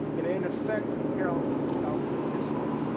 in and effect, carol, and i'll put it this way,